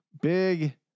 Big